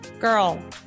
girl